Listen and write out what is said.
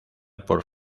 por